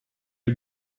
you